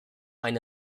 eine